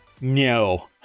No